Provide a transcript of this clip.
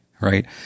right